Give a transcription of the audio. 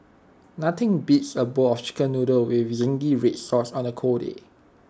nothing beats A bowl of chicken noodle with Zingy Red Sauce on A cold day